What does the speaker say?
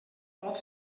pot